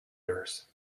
nurse